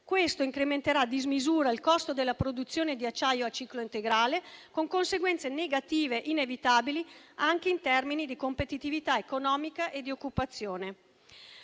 questo incrementerà a dismisura il costo della produzione di acciaio a ciclo integrale, con conseguenze negative inevitabili anche in termini di competitività economica e di occupazione.